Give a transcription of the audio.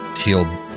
healed